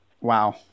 Wow